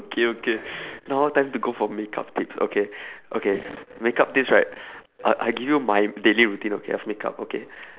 okay okay now time to go for makeup tips okay okay makeup tips right uh I give you my daily routine okay as makeup okay